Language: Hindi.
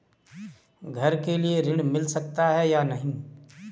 घर के लिए ऋण मिल सकता है या नहीं?